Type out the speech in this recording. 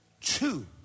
Two